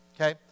Okay